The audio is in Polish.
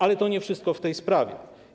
Ale to nie wszystko w tej sprawie.